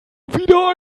wieder